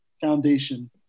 foundation